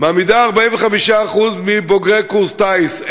מעמידה 45% מבוגרי קורס טיס.